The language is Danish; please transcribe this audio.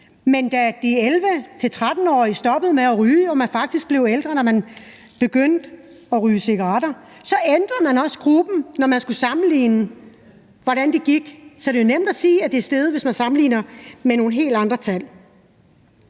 men da de 11-13-årige stoppede med at ryge og de unge faktisk blev ældre, når de begyndte at ryge cigaretter, så ændrede man også gruppen, når man skulle sammenligne, hvordan det gik. Så det er jo nemt at sige, at det er steget, hvis man sammenligner med nogle helt andre tal.